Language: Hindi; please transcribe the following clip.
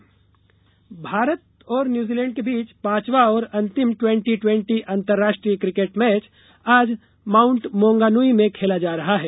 किकेट भारत और न्यूजीलैंड के बीच पांचवा और अंतिम ट्वेंटी ट्वेंटी अंतरर्राष्ट्रीय किकेट मैच आज माउंट मौंगानुई में खेला जा रहा है